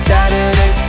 Saturday